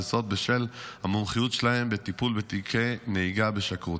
וזאת בשל המומחיות שלהם בטיפול בתיקי נהיגה בשכרות,